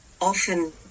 often